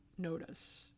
notice